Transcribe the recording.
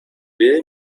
will